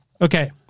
Okay